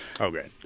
okay